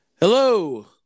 Hello